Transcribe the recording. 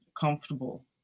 comfortable